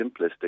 simplistic